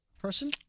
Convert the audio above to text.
person